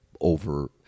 over